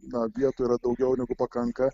na vietų yra daugiau negu pakanka